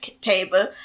table